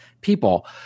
people